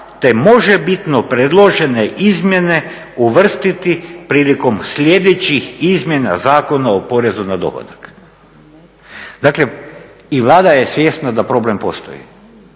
te možebitno predložene izmjene uvrstiti prilikom sljedećih izmjena Zakona o porezu na dohodak.": Dakle i Vlada je svjesna da problem postoji.